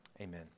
amen